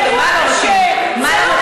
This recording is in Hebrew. זה אירוע קשה, זה לא מתאים, מה את עושה?